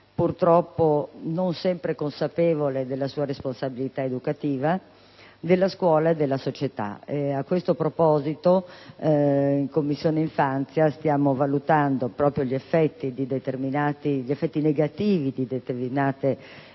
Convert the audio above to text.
(purtroppo non sempre consapevole della sua responsabilità educativa), la scuola e la società. A questo proposito in Commissione infanzia stiamo valutando proprio gli effetti negativi di determinate azioni